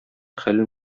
хәлен